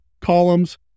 columns